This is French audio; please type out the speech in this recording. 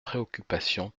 préoccupation